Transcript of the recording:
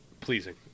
pleasing